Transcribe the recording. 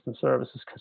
services